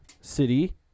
City